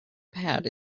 pad